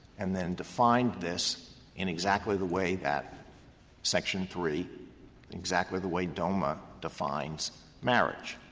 and then defined this in exactly the way that section three exactly the way doma defines marriage.